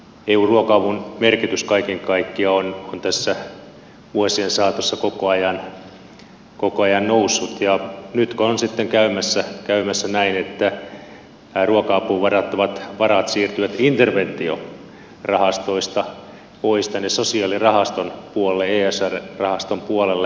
eun ruoka avun merkitys kaiken kaikkiaan on tässä vuosien saatossa koko ajan noussut ja nytkö on sitten käymässä näin että nämä ruoka apuun varattavat varat siirtyvät interventiorahastoista pois sosiaalirahaston puolelle esr rahaston puolelle